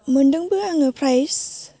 मोन्दोंबो आङो प्राइज